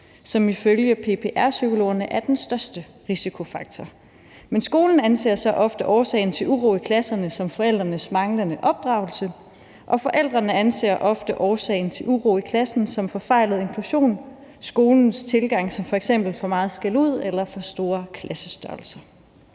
og ifølge PPR-psykologerne den største risikofaktor. Men skolen anser så ofte årsagen til uro i klasserne for at være forældrenes manglende opdragelse, og forældrene anser ofte årsagen til uroen i klassen for at være forfejlet inklusion eller skolens tilgang som f.eks. for meget skældud eller for store klassestørrelser.